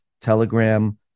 Telegram